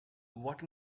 what